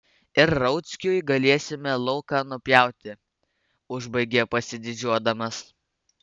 ir rauckiui galėsime lauką nupjauti užbaigia pasididžiuodamas